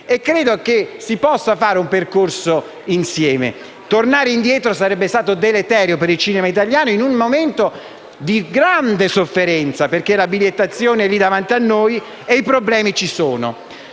Credo che si possa fare un percorso insieme. Tornare indietro sarebbe stato deleterio per il cinema italiano in un momento di grande sofferenza, perché la bigliettazione è lì davanti a noi e i problemi ci sono.